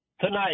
tonight